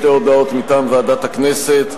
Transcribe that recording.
שתי הודעות מטעם ועדת הכנסת.